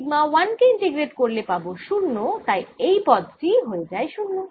sigma 1 কে integrate করলে পাবো 0 তাই এই পদ টিই হয়ে যায় 0